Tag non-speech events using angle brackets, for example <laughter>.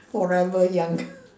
forever young <laughs>